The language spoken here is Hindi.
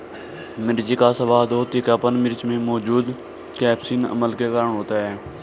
मिर्च का स्वाद और तीखापन मिर्च में मौजूद कप्सिसिन अम्ल के कारण होता है